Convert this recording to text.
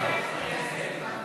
שמחזיקות דירות מהסיבות האלה?